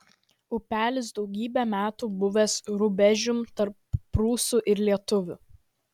upelis daugybę metų buvęs rubežium tarp prūsų ir lietuvių